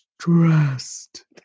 stressed